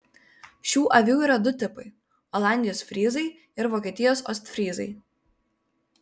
šių avių yra du tipai olandijos fryzai ir vokietijos ostfryzai